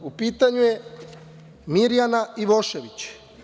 U pitanju je Mirjana Ivošević.